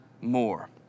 more